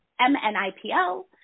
MNIPL